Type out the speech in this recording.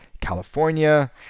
California